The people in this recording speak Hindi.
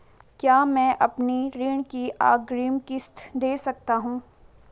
क्या मैं अपनी ऋण की अग्रिम किश्त दें सकता हूँ?